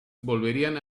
volverían